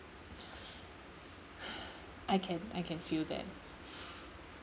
I can I can feel that